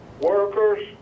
workers